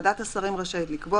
מוגבל 16. (א) ועדת השרים רשאית לקבוע,